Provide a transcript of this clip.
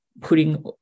putting